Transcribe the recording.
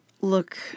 look